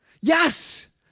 Yes